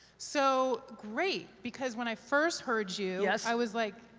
so, great, because when i first heard you i was like,